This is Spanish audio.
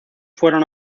fueron